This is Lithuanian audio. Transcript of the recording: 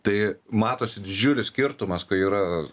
tai matosi didžiulis skirtumas kai yra